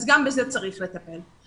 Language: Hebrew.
גם בזה צריך לטפל.